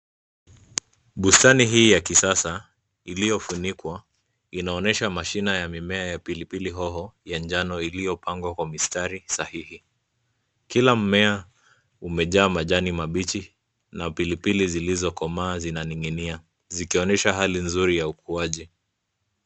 Bustani hii ya kisasa iliyofunikwa inaonyesha mashina ya mimea ya pilipili hoho ya njano iliyopangwa kwa mistari sahihi. Kila mmea umejaa majani mabichi na pilipili zilizokomaa zinaning'inia zikionyesha hali nzuri ya ukuaji.